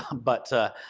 but